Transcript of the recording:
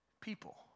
people